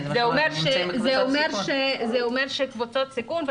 זה אומר שהם קבוצת סיכון.